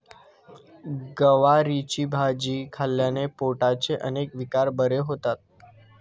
गवारीची भाजी खाल्ल्याने पोटाचे अनेक विकार बरे होतात